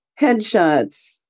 headshots